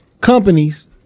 companies